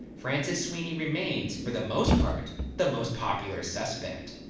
francis sweeney remains, for the most part, the most popular suspect.